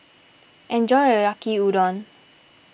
enjoy your Yaki Udon